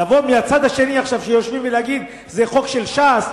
לבוא מהצד השני שיושבים בו עכשיו ולהגיד שזה חוק של ש"ס,